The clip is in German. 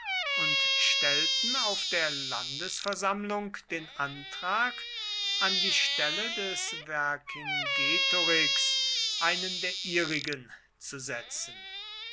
und stellten auf der landesversammlung den antrag an die stelle des vercingetorix einen der ihrigen zu setzen